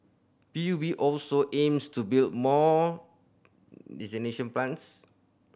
P U B also aims to build more desalination plants